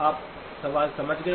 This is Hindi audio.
आप सवाल समझ गए